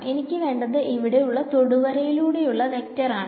എനിക്ക് വേണ്ടത് ഇവിടെ ഉള്ള തൊടുവര യിലൂടെ യുള്ള വെക്ടർ ആണ്